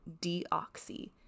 deoxy